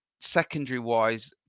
secondary-wise